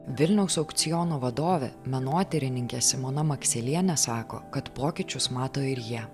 vilniaus aukciono vadovė menotyrininkė simona makselienė sako kad pokyčius mato ir jie